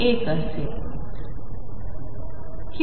दरम्यान असते